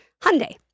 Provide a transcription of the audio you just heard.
Hyundai